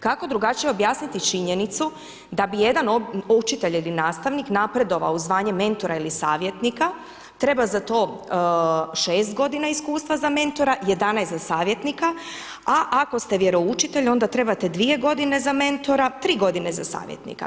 Kako drugačije objasniti činjenicu da bi jedan učitelj ili nastavnik napredovao u zvanje mentora ili savjetnika, treba za to 6 godina iskustva za mentora, 11 za savjetnika, a ako ste vjeroučitelj onda trebate 2 godina za mentora, 3 godine za savjetnika.